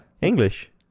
english